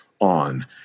on